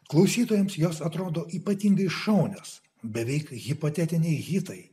klausytojams jos atrodo ypatingai šaunios beveik hipotetiniai hitai